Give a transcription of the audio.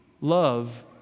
Love